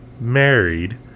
married